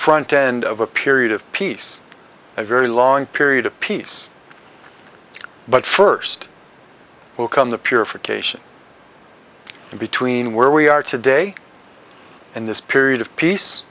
front end of a period of peace a very long period of peace but first will come the purification in between where we are today in this period of peace